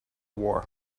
war